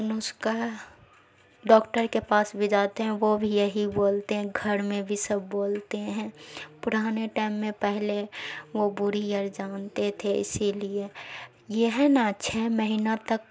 نسخہ ڈاکٹر کے پاس بھی جاتے ہیں وہ بھی یہی بولتے ہیں گھر میں بھی سب بولتے ہیں پرانے ٹائم میں پہلے وہ جانتے تھے اسی لیے یہ ہے نا چھ مہینہ تک